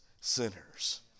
sinners